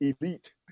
elite